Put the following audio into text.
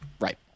right